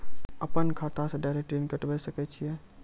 अपन खाता से डायरेक्ट ऋण कटबे सके छियै?